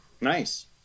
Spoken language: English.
Nice